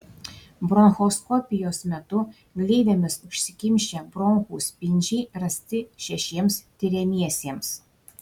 bronchoskopijos metu gleivėmis užsikimšę bronchų spindžiai rasti šešiems tiriamiesiems